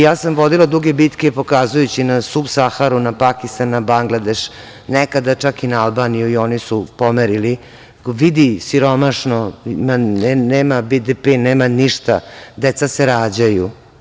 Ja sam vodila duge bitke pokazujući na Sub-saharu, na Pakistan, na Bangladeš, nekada čak i na Albaniju i oni su pomerili, vidi siromašno, nema BDP, nema ništa, deca se rađaju.